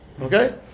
Okay